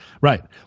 right